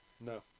No